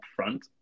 upfront